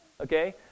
okay